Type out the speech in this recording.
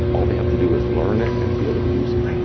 all they have to do is learn it and be able to use it.